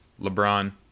LeBron